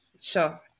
sure